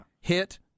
Hit